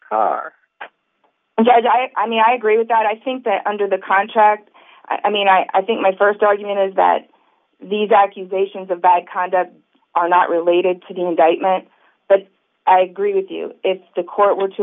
car i mean i agree with that i think that under the contract i mean i think my st argument is that these accusations of bad conduct are not related to the indictment but i agree with you if the court